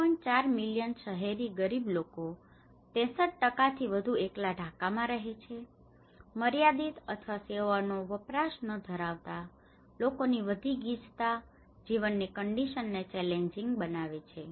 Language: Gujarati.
4 મિલિયન શહેરી ગરીબ લોકો માંથી 63 થી વધુ એકલા ઢાકા માં રહે છે માર્યાદિત અથવા સેવાઓનો વપરાશ ના ધરાવતા લોકોની વધી ગીચતાં જીવનની કન્ડિશન ને ચેલેન્જિન્ગ બનાવે છે